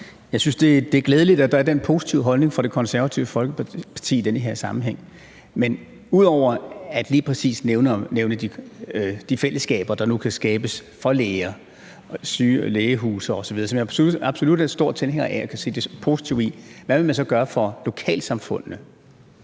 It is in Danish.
Jeg synes, det er glædeligt, at der er den positive holdning hos Det Konservative Folkeparti i den her sammenhæng. Men ud over lige præcis at nævne de fællesskaber, der nu kan skabes for læger, syge- og lægehuse osv., som jeg absolut er stor tilhænger af og kan se det positive i, hvad vil man så gøre for lokalsamfundene?